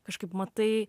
kažkaip matai